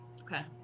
Okay